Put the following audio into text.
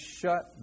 shut